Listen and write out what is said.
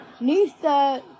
Nisa